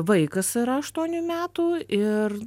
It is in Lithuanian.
vaikas yra aštuonių metų ir